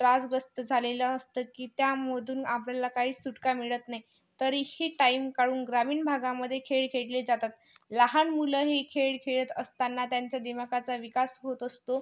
त्रासग्रस्त झालेलं असतं की त्यामधून आपल्याला काहीच सुटका मिळत नाही तरीही टाईम काढून ग्रामीण भागामध्ये खेळ खेळले जातात लहान मुलंही खेळ खेळत असतांना त्यांचा दिमाकाचा विकास होत असतो